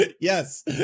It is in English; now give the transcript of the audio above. Yes